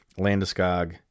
Landeskog